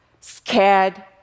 scared